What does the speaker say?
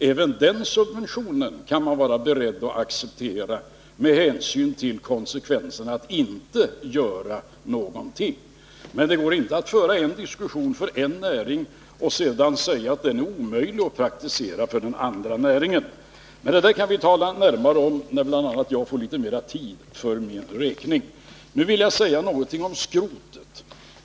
Även den subventionen kan man vara beredd att acceptera med hänsyn till konsekvensen av att inte göra någonting. Men det går inte att föra en diskussion för en näring och sedan säga att det resonemanget är omöjligt att praktisera för den andra näringen. Men det där kan vi tala närmare om när bl.a. jag får litet mer tid för min räkning. Nu vill jag säga några ord om skrotet.